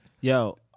Yo